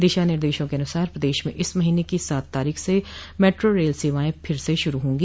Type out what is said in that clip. दिशा निर्देशों के अनुसार प्रदेश में इस महीने की सात तारीख से मेट्रो रेल सेवाएं फिर से शुरू होंगी